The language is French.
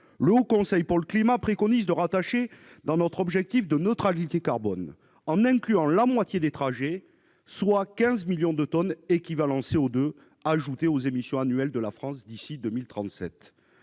Le Haut Conseil pour le climat préconise de les prendre en compte dans notre objectif de neutralité carbone. En incluant la moitié des trajets, 15 millions de tonnes d'équivalent CO2 s'ajouteraient aux émissions annuelles de la France d'ici à 2037.